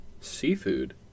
Seafood